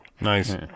Nice